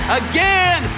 again